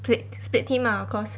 split split team lah cause